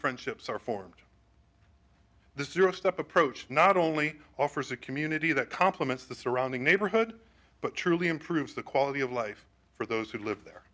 friendships are formed this zero step approach not only offers a community that complements the surrounding neighborhood but truly improves the quality of life for those who live there